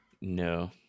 No